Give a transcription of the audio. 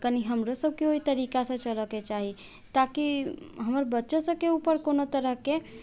कनी हमरो सबके ओइ तरीकासँ चलऽके चाही ताकि हमर बच्चो सबके उपर कोनो तरहके